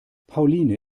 pauline